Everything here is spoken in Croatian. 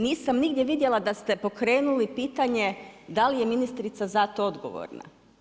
Nisam nigdje vidjela da ste pokrenuli pitanje da li je ministrica za to odgovorna.